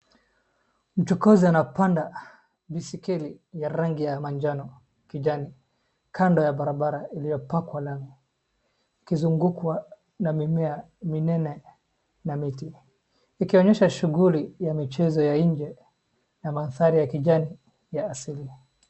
Mchukuzi anapanda visikili ya rangi ya manjano, kijani, kando ya barabara iliyopakwa lami, ikizungukwa na mimea minene na miti. Ikioyesha shughuli ya michezo ya nje na mandhari ya kijani ya asili.